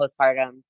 postpartum